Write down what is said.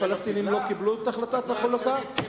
הפלסטינים לא קיבלו את החלטת החלוקה,